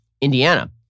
Indiana